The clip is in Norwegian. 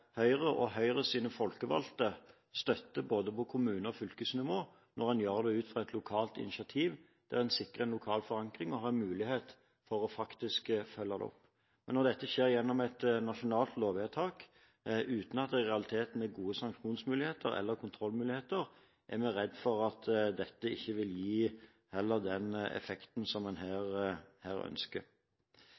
Høyre og Høyres folkevalgte støtter både på kommunenivå og på fylkesnivå når man gjør det ut fra et lokalt initiativ der en sikrer lokal forankring og har en mulighet for faktisk å følge opp. Når dette skjer gjennom et nasjonalt lovvedtak, uten at det i realiteten er gode sanksjonsmuligheter eller kontrollmuligheter, er vi redd for at dette heller ikke vil gi den effekten som vi her ønsker.